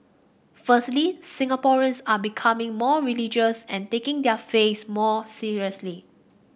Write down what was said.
firstly Singaporeans are becoming more religious and taking their faiths more seriously